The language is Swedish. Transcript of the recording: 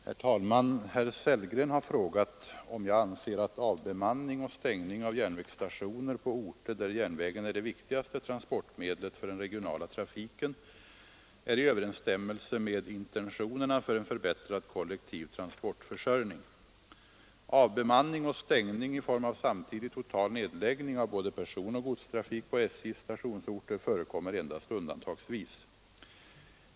Herr talman! Herr Sellgren har frågat om jag anser att avbemanning och stängning av järnvägsstationer på orter, där järnvägen är det viktigaste transportmedlet för den regionala trafiken, är i överensstämmelse med intentionerna för en förbättrad kollektiv transportförsörjning. Avbemanning och stängning i form av samtidig total nedläggning av både personoch godstrafik på SJ:s stationsorter förekommer endast undantagsvis.